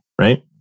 right